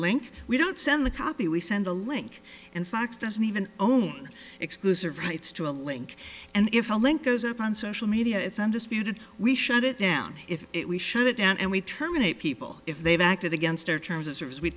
link we don't send the copy we send a link and fox doesn't even own exclusive rights to a link and if a link goes up on social media it's undisputed we shut it down if it we should and we terminate people if they've acted against our terms of service we